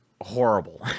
horrible